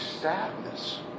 sadness